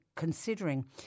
considering